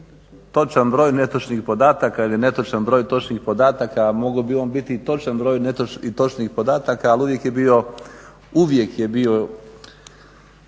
točan broj netočnih podataka ili netočan broj točnih podataka, a mogao bi on biti i točan broj i točnih podataka, ali uvijek je bio,